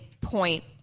point